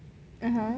hmm hmm